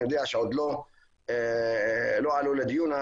אני יודע שעוד לא עלו לדיון.